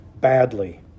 badly